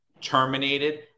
terminated